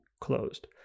closed